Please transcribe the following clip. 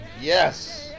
Yes